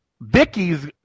Vicky's